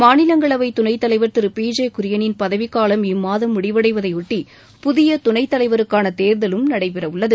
மாநிலங்களவை துணைத் தலைவர் பி ஜே குரியனின் பதவிக் காலம் இம்மாதம் முடிவையாட்டி புதிய துணைத் தலைவருக்கான தேர்தலும் நடைபெறவுள்ளது